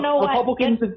Republicans